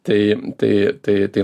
tai tai tai tai